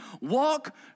Walk